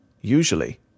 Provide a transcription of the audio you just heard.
Usually